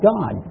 God